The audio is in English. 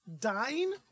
Dying